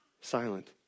silent